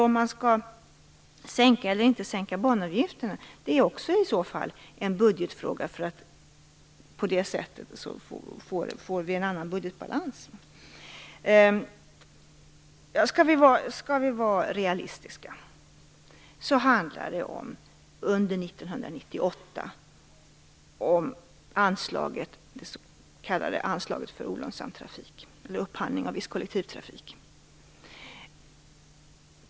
Om man skall sänka eller inte sänka banavgifterna är också en budgetfråga, eftersom vi då får en annan budgetbalans. Om vi skall vara realistiska handlar det under 1998 om det s.k. anslaget för olönsam trafik eller upphandling av viss kollektivtrafik.